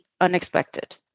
unexpected